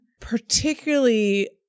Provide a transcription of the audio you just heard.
particularly